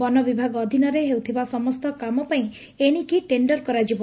ବନ ବିଭାଗ ଅଧୀନରେ ହେଉଥିବା ସମସ୍ତ କାମ ପାଇଁ ଏଶିକି ଟେଣ୍ଡର କରାଯିବ